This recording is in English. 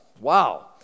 Wow